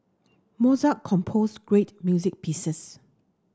Mozart composed great music pieces